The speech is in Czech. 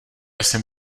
jsem